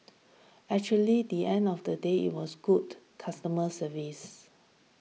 actually the end of the day it was good customer service